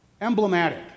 emblematic